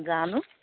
জানো